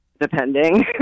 depending